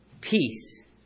Peace